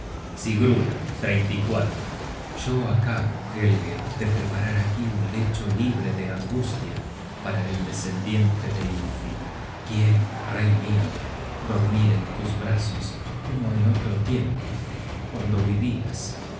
book search generated at sigruna yo acabo helge de preparar aquí un lecho libre de angustia para el descendiente de ylfing quiero rey mio dormir en tus brazos como en otro tiempo cuando vivias